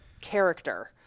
character